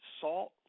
Salt